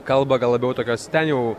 kalba gal labiau tokios ten jau